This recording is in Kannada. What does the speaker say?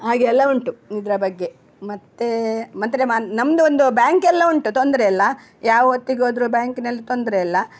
ಹಾಗೆಯೆಲ್ಲ ಉಂಟು ಇದರ ಬಗ್ಗೆ ಮತ್ತೆ ಮಂತ್ರಿ ಮಾನ್ ನಮ್ಮದು ಒಂದು ಬ್ಯಾಂಕೆಲ್ಲ ಉಂಟು ತೊಂದರೆ ಇಲ್ಲ ಯಾವ ಹೊತ್ತಿಗೋದ್ರು ಬ್ಯಾಂಕಿನಲ್ಲಿ ತೊಂದರೆ ಇಲ್ಲ